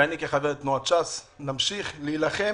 ואני כחבר תנועת ש"ס אמשיך להילחם